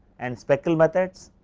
and speckle methods,